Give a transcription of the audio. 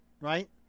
right